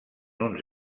uns